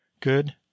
good